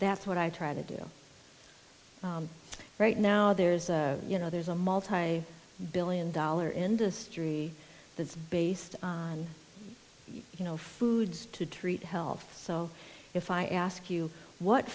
that's what i try to do right now there's a you know there's a multigrain billion dollar industry that's based on you know foods to treat health so if i ask you what